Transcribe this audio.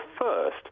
first